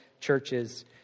churches